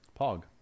Pog